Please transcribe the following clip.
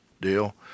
deal